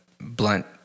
blunt